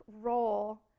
role